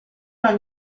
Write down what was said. non